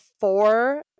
four